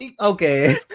okay